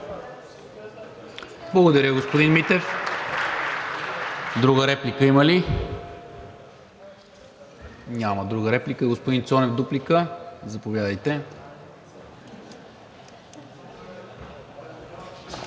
Благодаря, господин Митев. Друга реплика има ли? Няма. Господин Цонев, дуплика? Заповядайте.